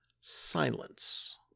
silence